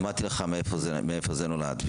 אמרתי לך מאיפה זה נולד.